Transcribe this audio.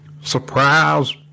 Surprise